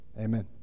Amen